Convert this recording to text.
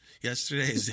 yesterday